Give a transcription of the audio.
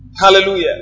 Hallelujah